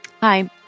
Hi